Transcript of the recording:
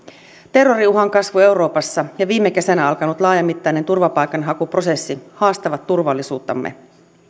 terroriuhan kasvu euroopassa ja viime kesänä alkanut laajamittainen turvapaikanhakuprosessi haastavat turvallisuuttamme